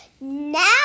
Now